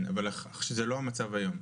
זה לא המצב היום.